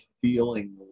feeling